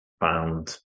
found